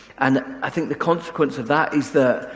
and i think the consequence of that is the,